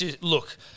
Look